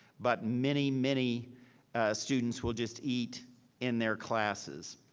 but many, many students will just eat in their classes.